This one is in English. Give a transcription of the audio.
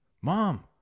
Mom